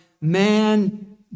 man